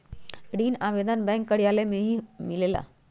ऋण आवेदन बैंक कार्यालय मे ही मिलेला?